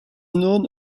known